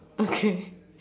okay